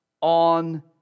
on